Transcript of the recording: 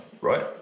right